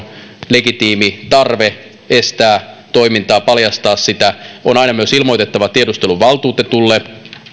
legitiimi tarve estää toimintaa paljastaa sitä on aina myös ilmoitettava tiedusteluvaltuutetulle